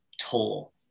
toll